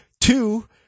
Two